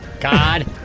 God